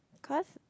cause